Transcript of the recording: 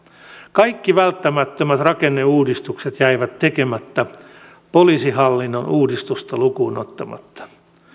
kaikki välttämättömät rakenneuudistukset jäivät tekemättä poliisihallinnon uudistusta lukuun ottamatta